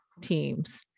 teams